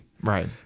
Right